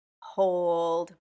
hold